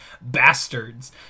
bastards